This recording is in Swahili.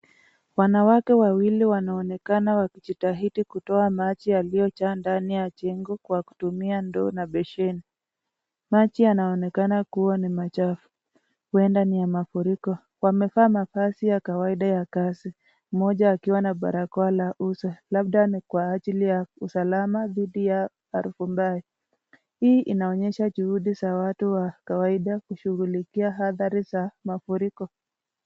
Wanawake wawili wanaonekana wakijitahidi kutoa maji yaliyojaa ndani ya njengo kwa kutumia ndoo na besheni ,maji yanaonekana kuwa ni machafu ,huenda ni ya mafuriko wamevaa mavazi ya kawaida ya kazi , mmoja akiwa na barakoa la uso labda ni kwa ajili ya usalama thidi ya harufu mbaya ,hii inaonyesha juhudi za watu wa kawaida kushughulikia hathari za mafuriko.